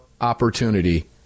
opportunity